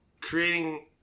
creating